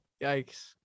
yikes